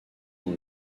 dans